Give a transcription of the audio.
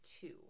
two